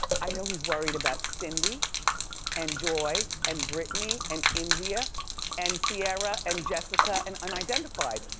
i know he's worried about cindy and joy and brittney and india and sierra and jessica and unidentified.